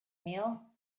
meal